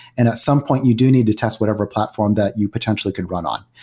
and at some point you do need to test whatever platform that you potentially could run on.